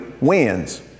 wins